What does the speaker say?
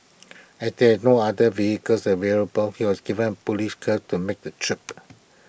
as there were no other vehicles available he was given A Police hearse to make the trip